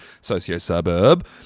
socio-suburb